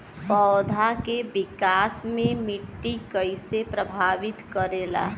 पौधा के विकास मे मिट्टी कइसे प्रभावित करेला?